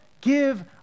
give